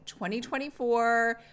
2024